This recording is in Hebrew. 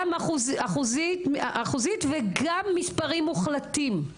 גם אחוזית וגם מספרים מוחלטים.